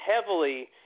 heavily